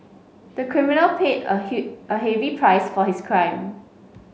the criminal paid a a heavy price for his crime